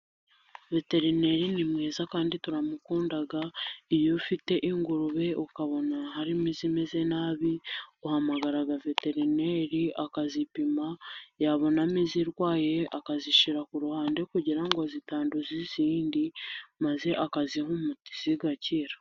Veterineri ni mwiza kandi turamukunda iyo ufite ingurube ukabona harimo izimeze nabi uhamagara veterineri akazipima, yabonamo izirwaye akazishyira ku ruhande kugira ngo zitanduza izindi maze akaziha umuti zigakira.